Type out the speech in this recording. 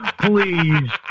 please